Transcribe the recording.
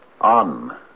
On